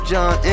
John